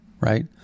right